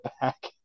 back